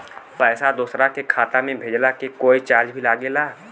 पैसा दोसरा के खाता मे भेजला के कोई चार्ज भी लागेला?